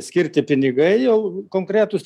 skirti pinigai jau konkretūs